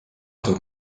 toob